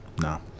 No